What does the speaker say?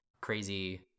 crazy